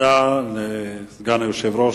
תודה לסגן היושב-ראש.